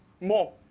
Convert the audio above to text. More